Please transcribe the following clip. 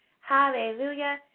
Hallelujah